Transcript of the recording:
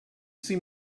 seen